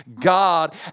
God